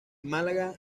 málaga